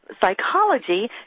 psychology